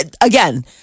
again